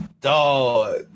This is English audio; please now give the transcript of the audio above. dog